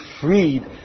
freed